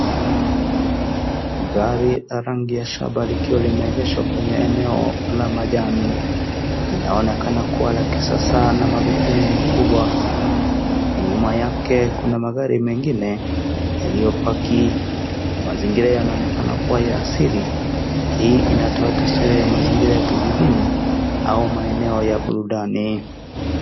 Gari la rangi ya shaba likiwa limeegeshwa kwenye eneo la majani. Inaonekana kuwa la kisasa lenye magurudumu makubwa. Nyuma yake kuna magari mengine, yaliyobaki, na mazingira yanaonekana kuwa ya siri. Hii inatoa taswira ya mazingira ya kijijini au maeneo ya burudani.